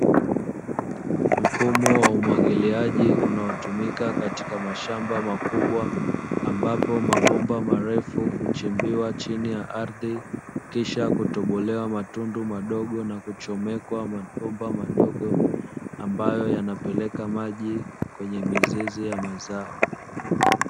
Mfumo wa umwagiliaji unaotumika katika mashamba makubwa ambapo mabomba marefu huchimbiwa chini ya ardhi, kisha kutobolewa matundu madogo na kuchomekwa mabomba madogo ambayo yanapeleka maji kwenye mizizi ya mazao.